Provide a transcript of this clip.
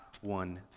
one